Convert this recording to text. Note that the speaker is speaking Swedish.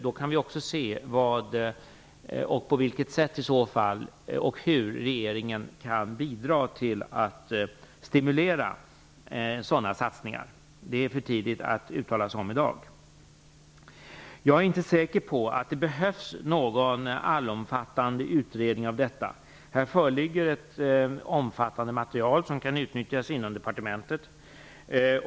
Vi får då se hur regeringen kan bidra till att stimulera sådana satsningar. Det är för tidigt att uttala sig om i dag. Jag är inte säker på att det behövs någon allomfattande utredning om detta. Ett omfattande material föreligger, som kan utnyttjas inom departementet.